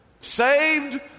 saved